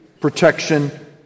protection